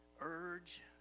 urge